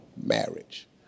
marriage